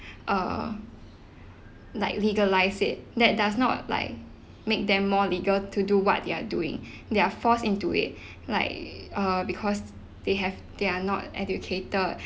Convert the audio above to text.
uh like legalise it that does not like make them more legal to do what they're doing they're forced into it like uh because they have they're not educated